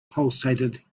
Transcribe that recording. pulsated